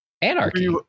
Anarchy